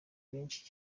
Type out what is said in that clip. benshi